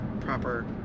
proper